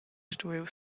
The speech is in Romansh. stuiu